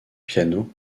piano